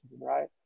right